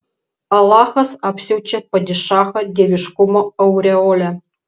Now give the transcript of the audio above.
alachas apsiaučia padišachą dieviškumo aureole